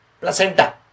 placenta